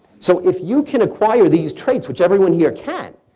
so if you can acquire these traits, which everyone here can,